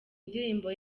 indirimbo